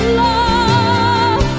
love